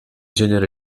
generi